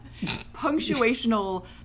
punctuational